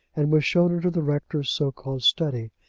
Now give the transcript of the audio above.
and was shown into the rector's so-called study,